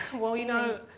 well, you know,